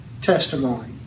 testimony